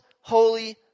holy